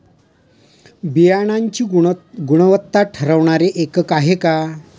बियाणांची गुणवत्ता ठरवणारे एकक आहे का?